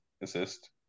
assist